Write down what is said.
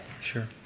Sure